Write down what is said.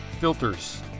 filters